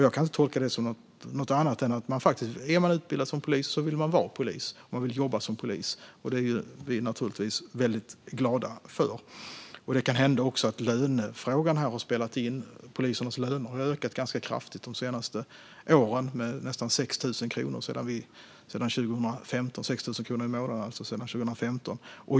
Jag kan inte tolka det som något annat än att den som är utbildad till polis vill vara polis och jobba som polis. Det är vi naturligtvis väldigt glada för. Det kan också hända att lönefrågan har spelat in. Polisernas löner har ökat ganska kraftigt de senaste åren. Det handlar om nästan 6 000 kronor i månaden sedan 2015.